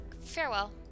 Farewell